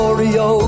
Oreo